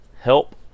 help